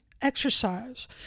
exercise